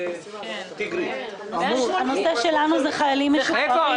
אנחנו בנושא של חיילים משוחררים.